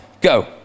go